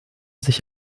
sich